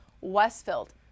Westfield